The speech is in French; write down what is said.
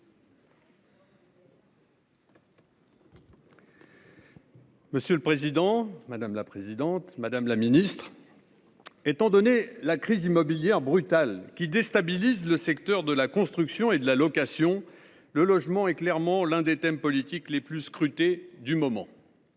Monsieur le président, madame la ministre, mes chers collègues, étant donné la crise immobilière brutale qui déstabilise le secteur de la construction et de la location, le logement est clairement l’un des thèmes politiques les plus scrutés du moment.